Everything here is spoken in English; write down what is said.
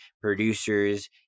producers